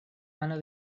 mano